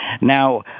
Now